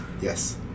Yes